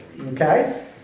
Okay